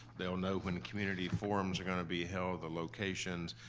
they'll know when community forums are gonna be held, the locations,